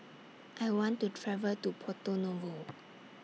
I want to travel to Porto Novo